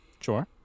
Sure